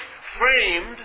framed